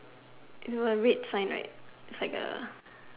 with a red sign right it's like A